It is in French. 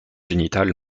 génitales